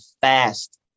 fast